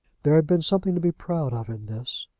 there had been something to be proud of in this,